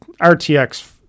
RTX